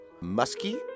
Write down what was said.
Musky